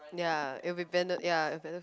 ya it will be be~ ya better